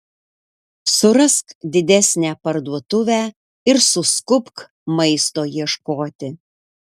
surask didesnę parduotuvę ir suskubk maisto ieškoti